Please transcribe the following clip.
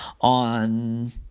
on